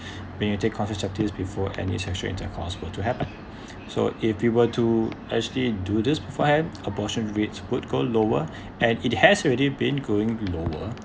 when you take contraceptives before any sexual intercourse were to happen so if you were to actually do this before hand abortion rate would go lower and it has already been going lower